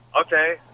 Okay